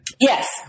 Yes